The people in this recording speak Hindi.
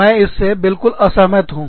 मैं इससे बिल्कुल असहमत हूँ